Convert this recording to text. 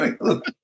Look